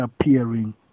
appearing